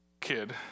kid